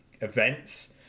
events